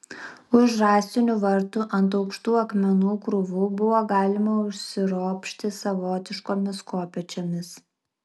už rąstinių vartų ant aukštų akmenų krūvų buvo galima užsiropšti savotiškomis kopėčiomis